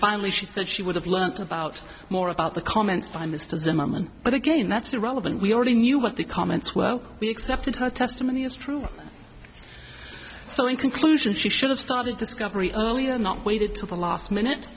finally she said she would have learned about more about the comments by mr zimmerman but again that's irrelevant we already knew what the comments well we accepted her testimony as true so in conclusion she should have started discovery earlier not waited till the last minute